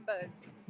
members